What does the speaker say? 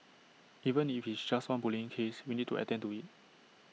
even if it's just one bullying case we need to attend to IT